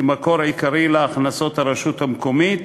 כמקור עיקרי להכנסות הרשות המקומית,